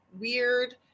weird